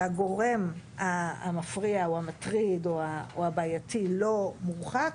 והגורם המפריע או המטריד או הבעייתי לא מורחק,